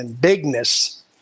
bigness